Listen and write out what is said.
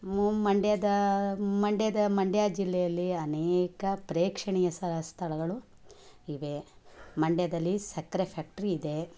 ಮು ಮಂಡ್ಯದ ಮಂಡ್ಯದ ಮಂಡ್ಯ ಜಿಲ್ಲೆಯಲ್ಲಿ ಅನೇಕ ಪ್ರೇಕ್ಷಣೀಯ ಸ ಸ್ಥಳಗಳು ಇವೆ ಮಂಡ್ಯದಲ್ಲಿ ಸಕ್ಕರೆ ಫ್ಯಾಕ್ಟ್ರಿ ಇದೆ